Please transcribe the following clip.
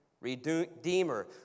redeemer